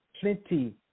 plenty